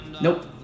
Nope